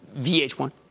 VH1